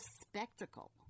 spectacle